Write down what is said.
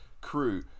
crew